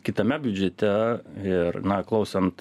kitame biudžete ir na klausant